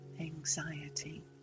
anxiety